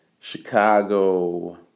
Chicago